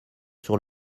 sur